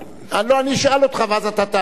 אני אשאל אותך ואז אתה תענה.